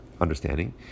understanding